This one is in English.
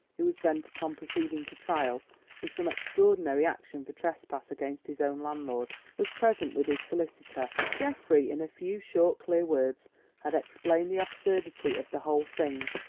who was bent upon proceeding to trial with some extraordinary action for trespass against his own landlord, was present with his solicitor. geoffrey in a few short, clear words had explained the absurdity of the whole thing,